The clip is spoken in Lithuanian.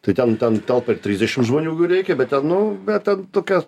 tai ten ten telpa ir trisdešim žmonių reikia bet nu bet ten tokia